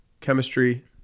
chemistry